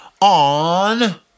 on